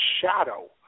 shadow